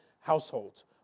households